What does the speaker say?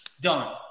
Done